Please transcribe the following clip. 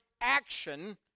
action